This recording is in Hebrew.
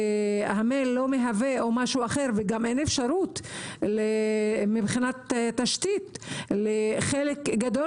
והמייל לא מהווה וגם אין אפשרות מבחינת תשתית לחלק גדול